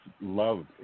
love